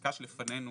החקיקה שלפנינו